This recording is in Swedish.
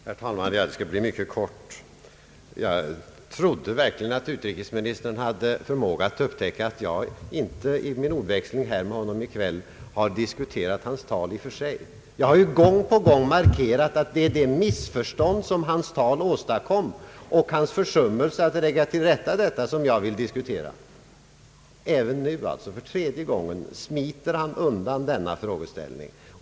Herr talman! Jag skall fatta mig mycket kort. Jag trodde verkligen att utrikesministern hade förmåga att upptäcka att jag i min ordväxling med honom i kväll inte har diskuterat hans tal i och för sig. Jag har ju gång på gång markerat att det är de missförstånd som hans tal åstadkom och hans försummelse att tillrättalägga dessa som jag vill diskutera. Även nu, för tredje gången, smiter han undan denna frågeställning.